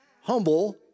humble